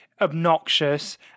obnoxious